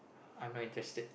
I'm not interested